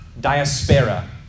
diaspora